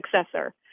successor